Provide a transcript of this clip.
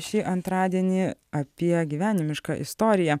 šį antradienį apie gyvenimišką istoriją